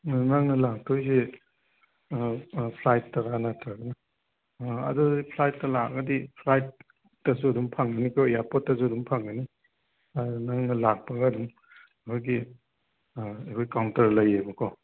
ꯎꯝ ꯅꯪꯅ ꯂꯥꯛꯇꯣꯏꯖꯤ ꯐ꯭ꯂꯥꯏꯠꯇꯔꯥ ꯅꯠꯇ꯭ꯔꯒ ꯑꯗꯨꯗꯤ ꯐ꯭ꯂꯥꯏꯠꯇ ꯂꯥꯛꯑꯒꯗꯤ ꯐ꯭ꯂꯥꯏꯠꯇꯁꯨ ꯑꯗꯨꯝ ꯐꯪꯅꯤ ꯑꯩꯈꯣꯏ ꯏꯌꯥꯔꯄꯣꯔꯠꯇꯁꯨ ꯑꯗꯨꯝ ꯐꯪꯒꯅꯤ ꯑꯗꯣ ꯅꯪꯅ ꯂꯥꯛꯄꯒ ꯑꯗꯨꯝ ꯑꯩꯈꯣꯏꯒꯤ ꯑꯩꯈꯣꯏ ꯀꯥꯎꯟꯇꯔ ꯂꯩꯌꯦꯕꯀꯣ